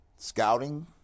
scouting